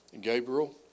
Gabriel